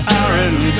Aaron